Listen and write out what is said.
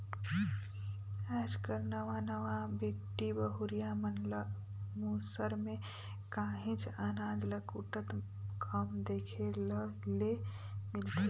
आएज कर नावा नावा बेटी बहुरिया मन ल मूसर में काहींच अनाज ल कूटत कम देखे ले मिलथे